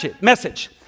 message